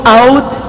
out